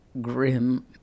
grim